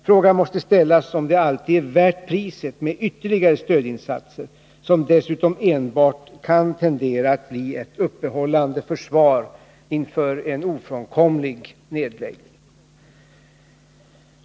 Frågan måste ställas, om det alltid är värt priset med ytterligare stödinsatser, som dessutom kan tendera att enbart bli ett uppehållande försvar inför en ofrånkomlig nedläggning.